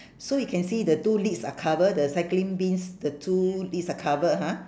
so you can see the two lids are cover the cycling bins the two lids are cover ha